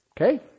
Okay